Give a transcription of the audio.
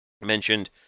mentioned